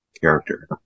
character